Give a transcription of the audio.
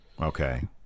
Okay